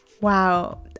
wow